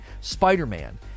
Spider-Man